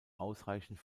ausreichend